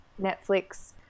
Netflix